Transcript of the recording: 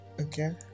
Okay